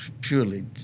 purely